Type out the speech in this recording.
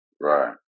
Right